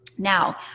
Now